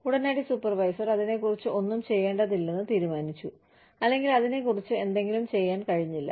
ഉടനടി സൂപ്പർവൈസർ അതിനെക്കുറിച്ച് ഒന്നും ചെയ്യേണ്ടതില്ലെന്ന് തീരുമാനിച്ചു അല്ലെങ്കിൽ അതിനെക്കുറിച്ച് എന്തെങ്കിലും ചെയ്യാൻ കഴിഞ്ഞില്ല